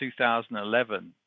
2011